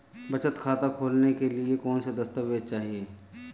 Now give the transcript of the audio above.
बचत खाता खोलने के लिए कौनसे दस्तावेज़ चाहिए?